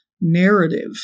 narrative